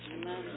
Amen